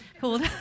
called